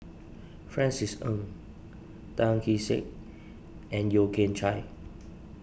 Francis Ng Tan Kee Sek and Yeo Kian Chye